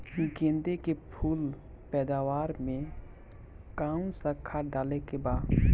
गेदे के फूल पैदवार मे काउन् सा खाद डाले के बा?